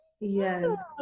Yes